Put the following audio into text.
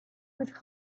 with